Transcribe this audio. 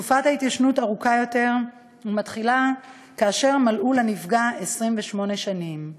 תקופת ההתיישנות ארוכה יותר ומתחילה כאשר מלאו לנפגע 28 שנים.